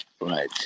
Right